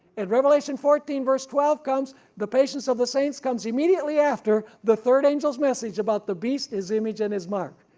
in revelation fourteen verse twelve comes the patience of the saints, comes immediately after the third angels message about the beast his image and his mark,